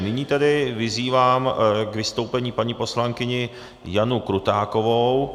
Nyní tedy vyzývám k vystoupení paní poslankyni Janu Krutákovou.